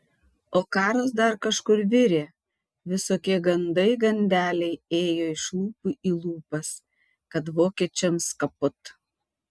o karas dar kažkur virė visokie gandai gandeliai ėjo iš lūpų į lūpas kad vokiečiams kaput